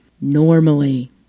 normally